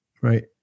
right